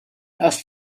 aus